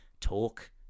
talk